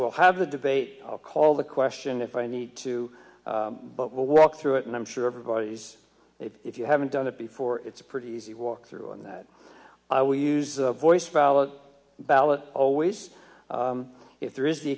we'll have the debate i'll call the question if i need to but will walk through it and i'm sure everybody's if you haven't done it before it's pretty easy walk through on that i will use the voice ballot ballot always if there is the